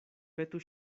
petu